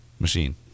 Machine